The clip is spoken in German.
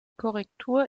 korrektur